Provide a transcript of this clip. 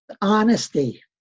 honesty